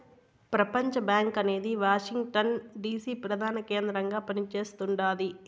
ప్రపంచబ్యాంకు అనేది Washington DC ప్రదాన కేంద్రంగా పని చేస్తుండాది